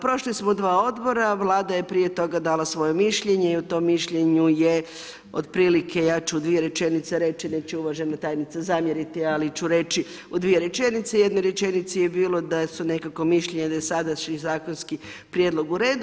Prošli smo dva odbora, vlada je prije toga dala svoje mišljenje i u tom mišljenju je otprilike, ja ću dvije rečenice reći, neće uvažena tajnica zamjeriti, ali ću reći u dvije rečenice, jedna rečenica je bila da su nekako mišljenje da sadašnji zakonski prijedlog u redu.